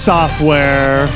Software